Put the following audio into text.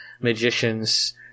magicians